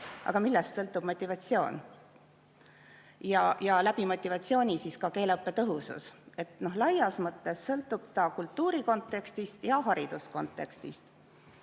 Aga millest sõltub motivatsioon ja läbi motivatsiooni ka keeleõppe tõhusus? Laias mõttes sõltub ta kultuurikontekstist ja hariduskontekstist.